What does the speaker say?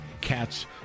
Cats